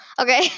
Okay